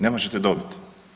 Ne možete dobiti.